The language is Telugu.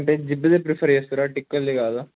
అంటే జిప్ది ప్రిఫర్ చేస్తారా టిక్కుల్ది కాదా